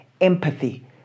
Empathy